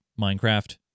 Minecraft